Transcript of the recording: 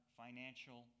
financial